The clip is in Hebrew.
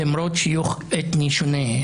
למרות שיוך אתני שונה?